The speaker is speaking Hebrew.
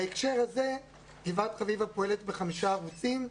בהקשר הזה גבעת חביבה פועלת בחמישה ערוצים.